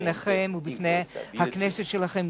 לפניכם ולפני הכנסת שלכם,